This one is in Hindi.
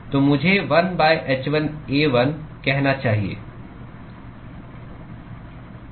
तो मुझे 1 h1A1 कहना चाहिए